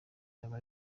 yaba